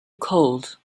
cold